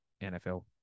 NFL